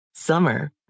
Summer